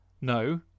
No